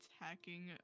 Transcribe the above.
attacking